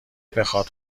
بخاد